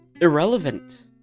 irrelevant